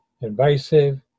invasive